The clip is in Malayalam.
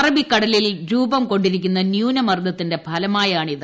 അറബിക്കടലിൽ രൂപം കൊണ്ടിരിക്കുന്ന ന്യൂനമർദ്ദത്തിന്റെ ഫലമായാണിത്